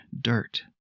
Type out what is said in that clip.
dirt